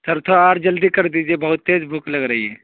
سر تھوڑا اور جلدی کر دیجیے بہت تیز بھوک لگ رہی ہے